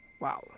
Wow